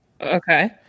Okay